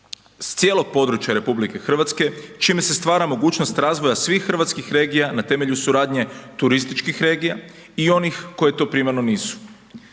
S cijelog područja RH, čime se stvara mogućnost razvoja svih hrvatskih regija na temelju suradnje turističkih regija i onih koje to primarno nisu.